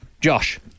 Josh